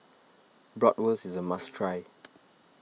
Bratwurst is a must try